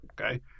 okay